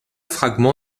fragment